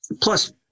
plus